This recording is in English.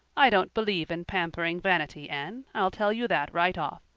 i don't believe in pampering vanity, anne, i'll tell you that right off.